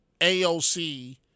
AOC